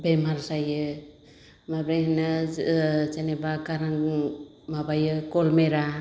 बेमार जायो माब्रै होनो जेन'बा गारां माबायो गलमेरा